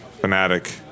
Fanatic